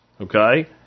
Okay